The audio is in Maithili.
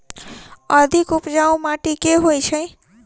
अधिक उपजाउ माटि केँ होइ छै?